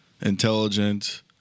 intelligent